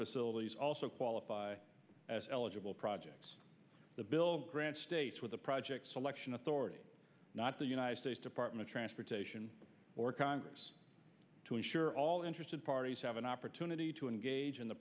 facilities also qualify as eligible projects the bill grants states with the project selection authority not the united states department transportation or congress to ensure all interested parties have an opportunity to engage in the